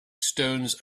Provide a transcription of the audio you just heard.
stones